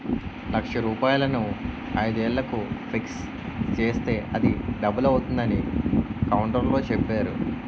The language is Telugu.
లక్ష రూపాయలను ఐదు ఏళ్లకు ఫిక్స్ చేస్తే అది డబుల్ అవుతుందని కౌంటర్లో చెప్పేరు